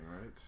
right